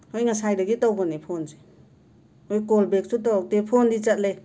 ꯑꯩꯈꯣꯢ ꯉꯁꯥꯏꯗꯒꯤ ꯇꯧꯕꯅꯦ ꯐꯣꯟꯁꯦ ꯅꯣꯏ ꯀꯣꯜꯕꯦꯛꯁꯨ ꯇꯧꯔꯛꯇꯦ ꯐꯣꯟꯗꯤ ꯆꯠꯂꯦ